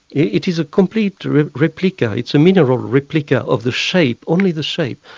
it is a complete replica it's a mineral replica of the shape, only the shape.